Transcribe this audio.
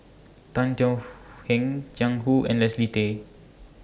Tan Thuan Heng Jiang Hu and Leslie Gay